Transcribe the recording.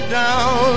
down